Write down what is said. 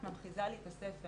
את ממחיזה לי את הספר,